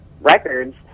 records